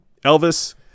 Elvis